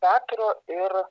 petro ir